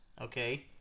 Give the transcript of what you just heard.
okay